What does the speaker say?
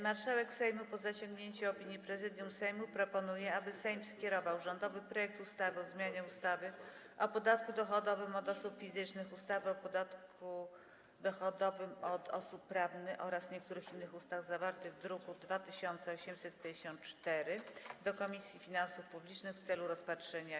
Marszałek Sejmu, po zasięgnięciu opinii Prezydium Sejmu, proponuje, aby Sejm skierował rządowy projekt ustawy o zmianie ustawy o podatku dochodowym od osób fizycznych, ustawy o podatku dochodowym od osób prawnych oraz niektórych innych ustaw, zawarty w druku nr 2854, do Komisji Finansów Publicznych w celu rozpatrzenia.